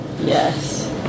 Yes